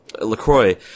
LaCroix